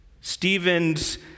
Stephen's